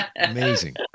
Amazing